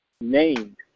Named